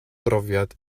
brofiad